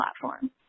platform